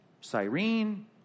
Cyrene